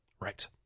right